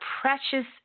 precious